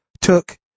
took